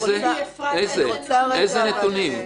איזה נתונים?